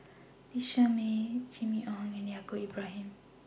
Lee Shermay Jimmy Ong and Yaacob Ibrahim